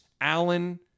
Allen